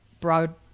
broad